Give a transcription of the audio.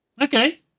Okay